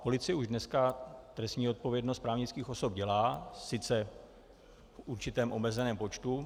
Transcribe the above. Policie už dneska trestní odpovědnost právnických osob dělá, sice v určitém omezeném počtu.